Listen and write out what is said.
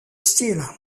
style